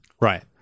Right